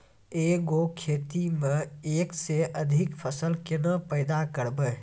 एक गो खेतो मे एक से अधिक फसल केना पैदा करबै?